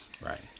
Right